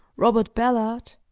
robert ballard,